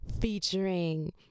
featuring